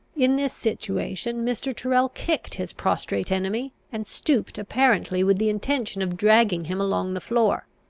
in this situation mr. tyrrel kicked his prostrate enemy, and stooped apparently with the intention of dragging him along the floor.